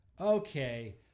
Okay